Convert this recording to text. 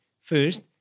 first